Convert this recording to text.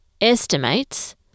estimates